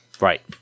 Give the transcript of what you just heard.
Right